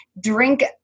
drink